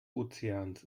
ozeans